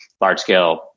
large-scale